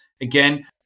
Again